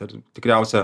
ir tikriausia